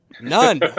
None